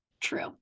true